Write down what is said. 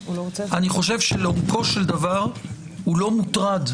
אלא אני חושב שלעומקו של דבר הוא לא מוטרד.